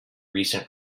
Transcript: recent